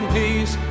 peace